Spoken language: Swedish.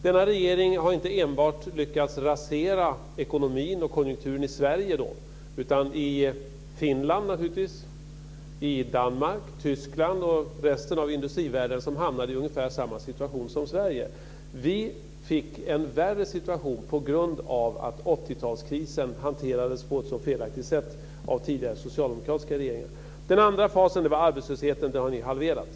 Denna regering har inte enbart lyckats rasera ekonomin och konjunkturen i Sverige, utan i Finland, Danmark, Tyskland och resten av industrivärlden som hamnade i ungefär samma situation som Sverige. Vi fick en värre situation på grund av att 80-talskrisen hanterades på ett så felaktigt sätt av tidigare socialdemokratiska regeringar. Den andra fasen är arbetslösheten. Den har ni halverat.